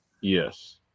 Yes